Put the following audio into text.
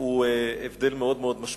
הוא הבדל מאוד משמעותי.